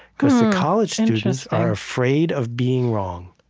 because the college students are afraid of being wrong.